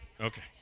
Okay